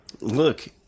Look